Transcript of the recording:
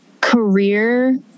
career